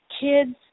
Kids